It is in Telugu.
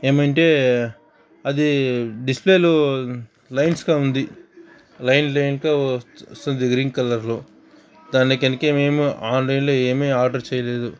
ఏమంటే అది డిస్ప్లేలో లైన్స్గా ఉంది లైన్లు ఏంటో వస్తుంది గ్రీన్ కలర్లో దానికి కనుక మేము ఆన్లైన్లో ఏమీ ఆర్డర్ చేయలేదు